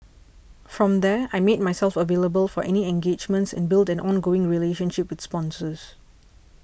from there I made myself available for any engagements and built an ongoing relationship with sponsors